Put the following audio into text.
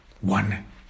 one